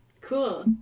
Cool